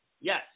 Yes